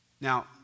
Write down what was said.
Now